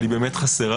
אבל היא באמת חסרה.